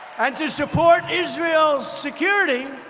and to support israel's security,